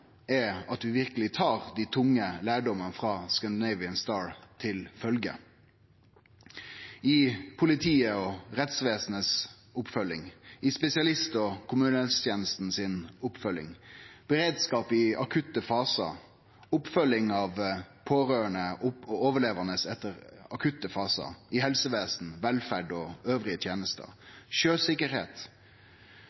er at vi verkeleg tar den tunge lærdommen av «Scandinavian Star» til følgje – i oppfølginga til politi og rettsvesen, i oppfølginga til spesialist- og kommunehelsetenesta, beredskap i akutte fasar, oppfølging av pårørande og overlevande i akutte fasar, i helsestell, velferd og andre tenester,